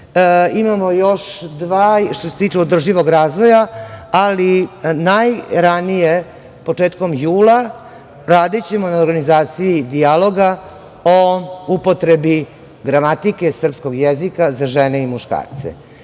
Imamo još dva što se tiče održivog razvoja, ali najranije početkom jula radićemo na organizaciji dijaloga o upotrebi gramatike srpskog jezika za žene i muškarce